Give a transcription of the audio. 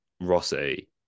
rossi